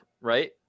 right